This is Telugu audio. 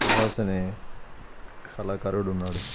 సుహాస్ అనే కళాకారుడున్నాడు